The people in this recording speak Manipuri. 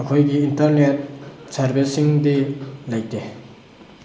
ꯃꯈꯣꯏꯒꯤ ꯏꯟꯇꯔꯅꯦꯠ ꯁꯥꯔꯚꯤꯁꯁꯤꯡꯗꯤ ꯂꯩꯇꯦ